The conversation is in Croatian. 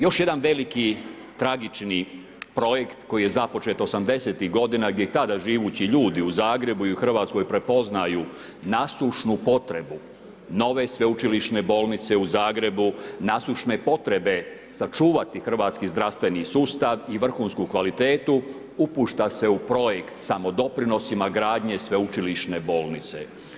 Još jedan veliki, tragični projekt koji je započet 80.-tih godina gdje tada živući ljudi u Zagrebu i u Hrvatskoj prepoznaju nasušnu potrebu nove sveučilišne bolnice u Zagrebu, nasušne potrebe sačuvati hrvatski zdravstveni sustav i vrhunsku kvalitetu upušta se u projekt samodoprinosima gradnje sveučilišne bolnice.